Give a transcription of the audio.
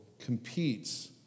competes